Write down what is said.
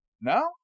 No